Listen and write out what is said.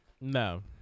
No